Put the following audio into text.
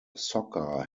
soccer